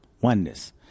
oneness